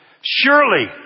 Surely